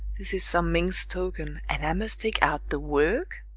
this is some minx's token, and i must take out the work?